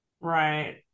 Right